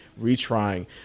retrying